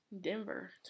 Denver